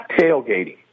tailgating